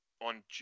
on